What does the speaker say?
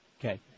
Okay